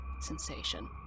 sensation